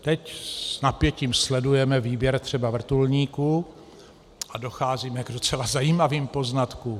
Teď s napětím sledujeme výběr třeba vrtulníků a docházíme k docela zajímavých poznatkům.